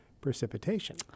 precipitation